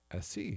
SC